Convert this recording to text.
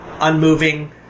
unmoving